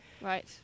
right